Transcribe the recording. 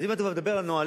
אז אם אתה מדבר על נהלים,